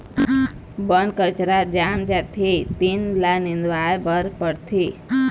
बन कचरा जाम जाथे तेन ल निंदवाए बर परथे